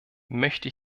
möchte